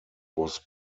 was